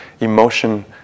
emotion